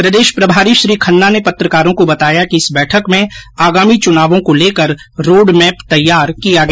प्रदेष प्रभारी श्री खन्ना ने पत्रकारों को बताया कि इस बैठक में आगामी चुनावों को लेकर रोडमैप तैयार किया गया